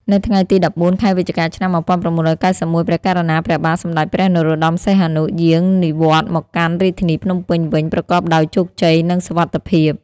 នៅថ្ងៃទី១៤ ខែវិច្ឆិកា ឆ្នាំ១៩៩១ ព្រះករុណាព្រះបាទសម្តេចព្រះនរោត្តម សីហនុ យាង និវត្តន៍មកកាន់រាជធានីភ្នំពេញវិញប្រកបដោយជោគជ័យ និងសុវត្ថិភាព។